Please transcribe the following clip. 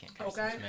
Okay